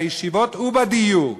בישיבות ובדיור.